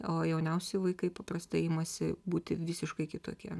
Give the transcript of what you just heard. o jauniausi vaikai paprastai imasi būti visiškai kitokie